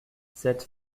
cette